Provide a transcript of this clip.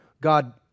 God